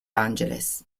angeles